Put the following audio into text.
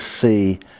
see